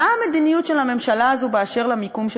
מה המדיניות של הממשלה הזאת באשר למיקום של